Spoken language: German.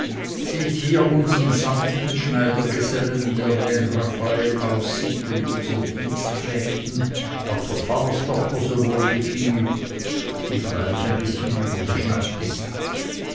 seht hier unsern sanften schneidergesellen der wie ein raphael aussieht und unsern dienstmägden auch der pfarrerstochter so wohl gefiel die freilich ein bißchen übergeschnappt ist